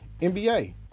NBA –